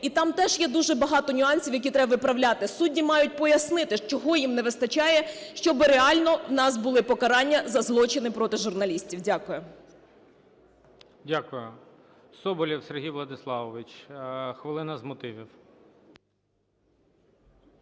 і там теж є дуже багато нюансів, які треба виправляти. Судді мають пояснити, чого їм не вистачає, щоб реально у нас були покарання за злочини проти журналістів. Дякую. ГОЛОВУЮЧИЙ. Дякую. Соболєв Сергій Владиславович, хвилина з мотивів.